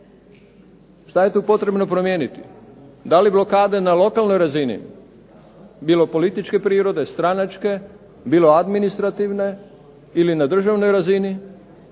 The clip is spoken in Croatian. Što je tu potrebno promijeniti? Da li blokade na lokalnoj razini bilo političke prirode, stranačke, bilo administrativne ili na državnoj razini?